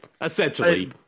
Essentially